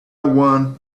one